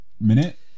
minute